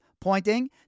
pointing